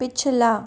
पिछला